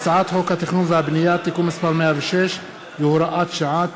הצעת חוק התכנון והבנייה (תיקון מס' 106 והוראת שעה),